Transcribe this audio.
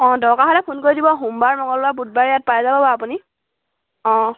অঁ দৰকাৰ হ'লে ফোন কৰি দিব সোমবাৰ মঙ্গলবাৰ বুধবাৰে ইয়াত পাই যাব বাৰু আপুনি অঁ